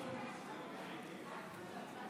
אדוני